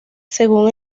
según